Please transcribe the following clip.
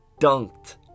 dunked